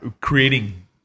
creating